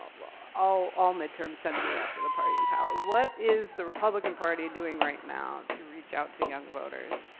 all all midterms tend to be rough for the party in power. what is the republican party doing right now to reach out to young voters?